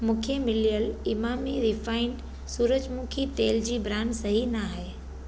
मूंखे मिलियल इमामी रिफाइंड सूरजमुखी तेल जी ब्रांड सही न आहे